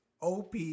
OP